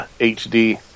HD